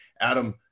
Adam